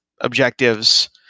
objectives